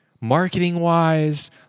marketing-wise